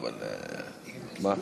בגלל,